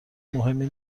مهمی